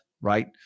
right